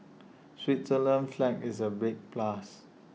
Switzerland's flag is A big plus